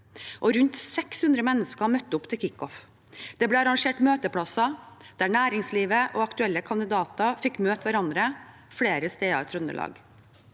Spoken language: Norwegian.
Rundt 600 mennesker møtte opp til kickoff. Det ble arrangert møteplasser der næringslivet og aktuelle kandidater fikk møte hverandre flere steder i Trøndelag.